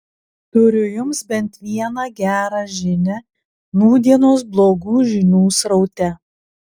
turiu jums bent vieną gerą žinią nūdienos blogų žinių sraute